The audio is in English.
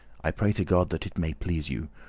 i pray to god that it may please you,